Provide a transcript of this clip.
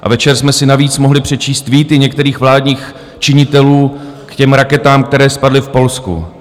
A večer jsme si navíc mohli přečíst tweety některých vládních činitelů k těm raketám, které spadly v Polsku.